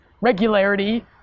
regularity